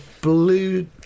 blue